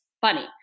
funny